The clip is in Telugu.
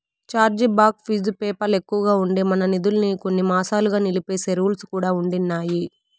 ఛార్జీ బాక్ ఫీజు పేపాల్ ఎక్కువగా ఉండి, మన నిదుల్మి కొన్ని మాసాలుగా నిలిపేసే రూల్స్ కూడా ఉండిన్నాయి